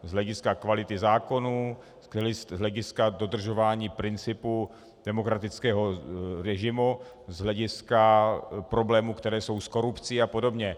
Z hlediska kvality zákonů, z hlediska dodržování principu demokratického režimu, z hlediska problémů, které jsou s korupcí a podobně.